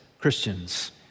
Christians